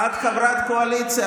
את חברת קואליציה,